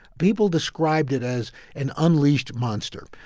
people described it as an unleashed monster.